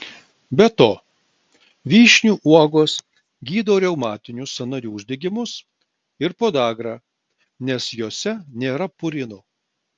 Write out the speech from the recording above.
be to vyšnių uogos gydo reumatinius sąnarių uždegimus ir podagrą nes jose nėra purinų